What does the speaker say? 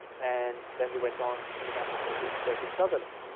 and then they went on to massachusetts where his brother lives.